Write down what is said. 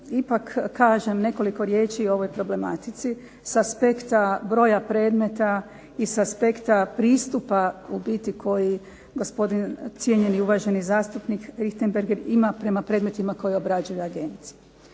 ipak kažem nekoliko riječi o ovoj problematici, s aspekta broja predmeta, i s aspekta pristupa u biti koji gospodin cijenjeni i uvaženi zastupnik Richembergh ima prema predmetima koje obrađuju u agenciji.